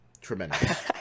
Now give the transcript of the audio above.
Tremendous